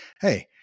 Hey